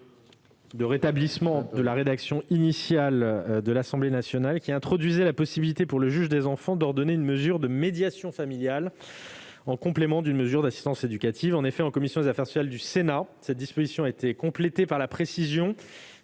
au rétablissement de la rédaction initiale de l'Assemblée nationale, qui introduisait la possibilité pour le juge des enfants d'ordonner une mesure de médiation familiale en complément d'une mesure d'assistance éducative. En effet, en commission des affaires sociales du Sénat, cette disposition a été complétée par la précision